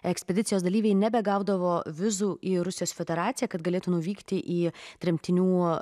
ekspedicijos dalyviai nebegaudavo vizų į rusijos federaciją kad galėtų nuvykti į tremtinių